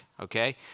okay